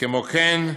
כמו כן,